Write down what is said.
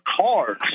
cars